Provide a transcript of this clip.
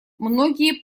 многие